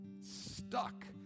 stuck